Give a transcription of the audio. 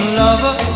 lover